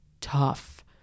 tough